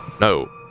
No